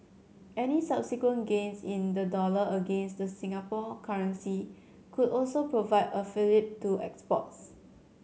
any subsequent gains in the dollar against the Singapore currency could also provide a fillip to exports